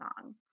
song